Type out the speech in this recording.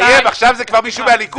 --- עכשיו זה כבר מישהו מהליכוד,